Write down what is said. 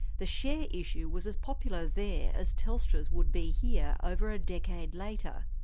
the share issue was as popular there as telstra's would be here over a decade later.